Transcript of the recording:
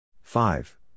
Five